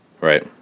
Right